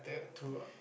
true ah